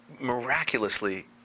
miraculously